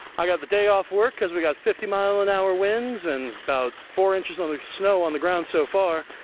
i got the day off work because we got fifty mile an hour winds and about four inches of snow on the ground so far.